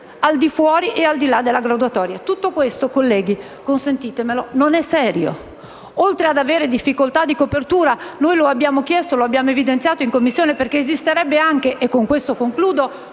al di fuori e al di là della graduatoria. Tutto questo colleghi, consentitemelo, non è serio. Oltre ad avere difficoltà di copertura, come abbiamo chiesto e abbiamo evidenziato in Commissione, perché esisterebbe anche un articolo